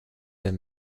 sehr